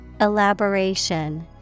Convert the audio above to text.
Elaboration